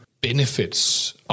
benefits